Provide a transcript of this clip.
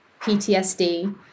PTSD